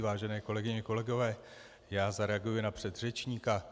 Vážené kolegyně, kolegové, já zareaguji na předřečníka.